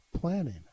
planning